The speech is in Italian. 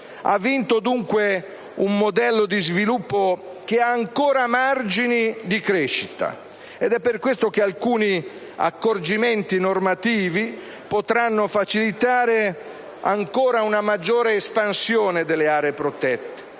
Ha vinto, dunque, un modello di sviluppo che ha ancora margini di crescita. È per questo che alcuni accorgimenti normativi potranno facilitare ancora una maggiore espansione delle aree protette,